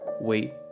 Wait